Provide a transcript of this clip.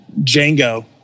Django